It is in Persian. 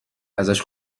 ازش